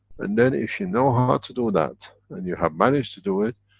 and then, if you know how to do that and you have managed to do it,